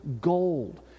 gold